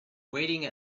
waiting